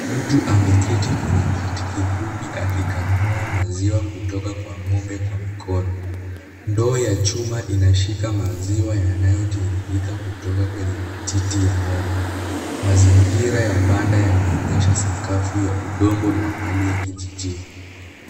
Mtu ameketi kwenye kiti kifupi akikamua maziwa kutoka kwa ng'ombe kwa mikono. Ndoo ya chuma inashika maziwa yanayotiririka kutoka kwenye matiti ya ng'ombe. Mazingira ya banda yanaonyesha sakafu ya udongo na hali ya kijijini.